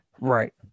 Right